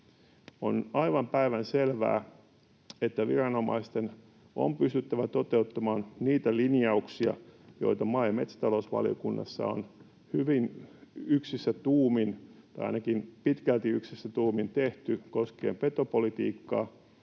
On aivan päivänselvää, että viranomaisten on pystyttävä toteuttamaan niitä linjauksia, joita maa- ja metsätalousvaliokunnassa on hyvin yksissä tuumin, tai ainakin pitkälti yksissä tuumin, tehty koskien petopolitiikkaa.